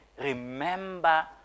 Remember